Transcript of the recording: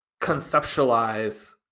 conceptualize